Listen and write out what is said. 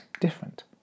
different